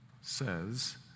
says